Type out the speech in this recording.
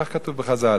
כך כתוב בחז"ל,